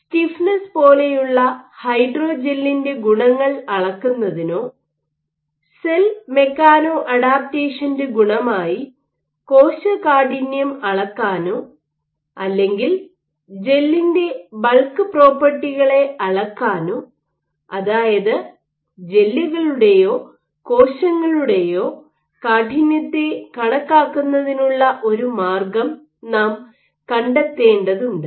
stiffness പോലെയുള്ള ഹൈഡ്രോജെല്ലിൻറെ ഗുണങ്ങൾ അളക്കുന്നതിനോ സെൽ മെക്കാനോ അഡാപ്റ്റേഷന്റെ ഗുണമായി കോശകാഠിന്യം അളക്കാനോ അല്ലെങ്കിൽ ജെല്ലിൻറെ ബൾക്ക് പ്രോപ്പർട്ടികളെ അളക്കാനോ അതായത് ജെല്ലുകളുടെയോ കോശങ്ങളുടെയോ കാഠിന്യത്തെ കണക്കാക്കുന്നതിനുള്ള ഒരു മാർഗം നാം കണ്ടെത്തേണ്ടതുണ്ട്